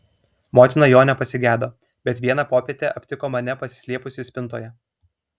motina jo nepasigedo bet vieną popietę aptiko mane pasislėpusį spintoje